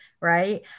right